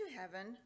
heaven